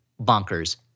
bonkers